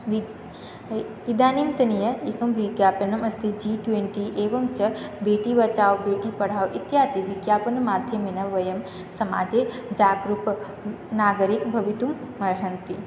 वि इदानींतनीयम् एकं विज्ञापनम् अस्ति जि ट्वेन्टि एवं च बेटी बचाव् भेटी पढाव् इत्यादिविज्ञापनमाध्यमेन वयं समाजे जागरूक नागरीकाः भवितुम् अर्हन्ति